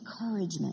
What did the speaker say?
encouragement